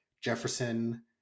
Jefferson